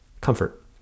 Comfort